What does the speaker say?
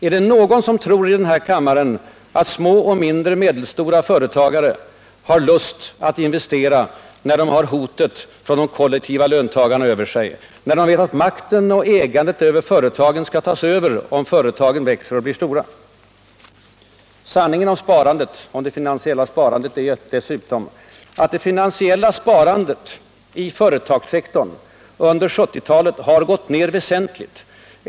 Är det någon i den här kammaren som tror att små och medelstora företagare har lust att investera, när de har hotet från de Nr 55 kollektiva löntagarfonderna över sig, när de vet att makten över och ägandet Torsdagen den av företagen skall tas över, om företagen växer och blir stora? 14 december 1978 Sanningen om det finansiella sparandet i företagssektorn är att detta under 1970-talet har gått ner väsentligt.